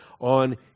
on